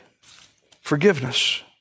forgiveness